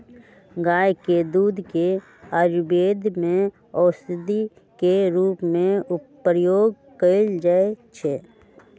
गाय के दूध के आयुर्वेद में औषधि के रूप में प्रयोग कएल जाइ छइ